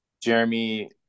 Jeremy